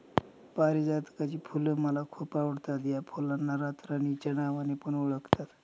पारीजातकाची फुल मला खूप आवडता या फुलांना रातराणी च्या नावाने पण ओळखतात